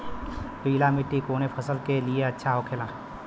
पीला मिट्टी कोने फसल के लिए अच्छा होखे ला?